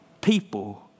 people